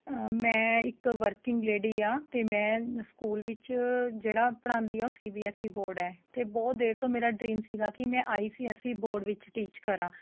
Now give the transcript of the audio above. ਅ ਮੈਂ ਇੱਕ working lady ਹਾਂ ਅਤੇ ਮੈਂ ਸਕੂਲ ਵਿੱਚ ਜਿਹੜਾ ਪੜ੍ਹਾਉਂਦੀ ਹਾਂ ਉਹ C B S E board ਹੈ ਅਤੇ ਬਹੁਤ ਦੇਰ ਤੋਂ ਮੇਰਾ ਡਰੀਮ ਸੀਗਾ ਕਿ ਮੈਂ I C S E board ਵਿੱਚ ਟੀਚ ਕਰਾਂ